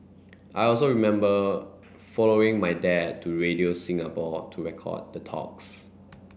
I also remember following my dad to Radio Singapore to record the talks